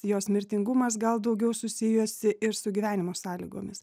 jos mirtingumas gal daugiau susijusi ir su gyvenimo sąlygomis